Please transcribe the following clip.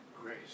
grace